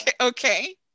Okay